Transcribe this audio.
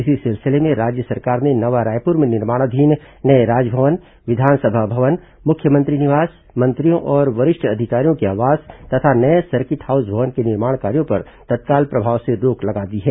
इसी सिलसिले में राज्य सरकार ने नवा रायपुर में निर्माणाधीन नये राजभवन विधानसभा भवन मुख्यमंत्री निवास मंत्रियों और वरिष्ठ अधिकारियों के आवास तथा नये सर्किट हाउस भवन के निर्माण कार्यों पर तत्काल प्रभाव से रोक लगा दी है